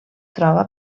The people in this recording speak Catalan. troba